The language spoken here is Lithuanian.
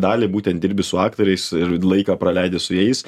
dalį būtent dirbi su aktoriais ir laiką praleidi su jais